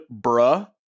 bruh